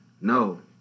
No